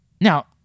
Now